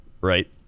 Right